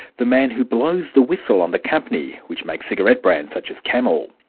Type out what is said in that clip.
the man who blows the whistle on the company, which makes cigarette brands such as camel.